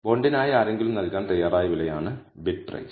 ബോണ്ടിനായി ആരെങ്കിലും നൽകാൻ തയ്യാറായ വിലയാണ് ബിഡ് പ്രൈസ്